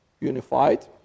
unified